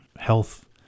health